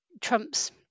Trump's